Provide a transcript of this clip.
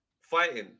fighting